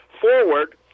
forward